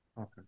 Okay